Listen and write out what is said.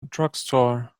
drugstore